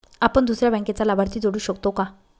आपण दुसऱ्या बँकेचा लाभार्थी जोडू शकतो का?